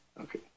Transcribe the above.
Okay